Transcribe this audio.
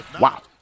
Wow